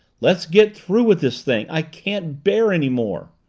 let's get through with this thing! i can't bear any more!